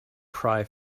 cry